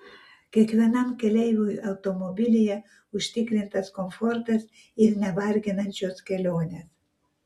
kiekvienam keleiviui automobilyje užtikrintas komfortas ir nevarginančios kelionės